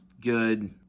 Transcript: good